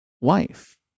wife